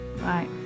Bye